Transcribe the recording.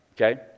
okay